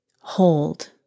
Hold